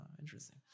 interesting